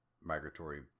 migratory